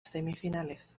semifinales